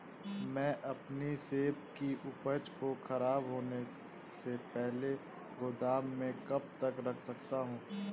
मैं अपनी सेब की उपज को ख़राब होने से पहले गोदाम में कब तक रख सकती हूँ?